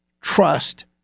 trust